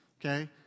Okay